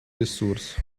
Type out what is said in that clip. ресурс